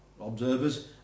observers